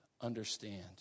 understand